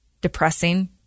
depressing